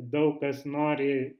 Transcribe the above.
daug kas nori